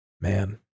man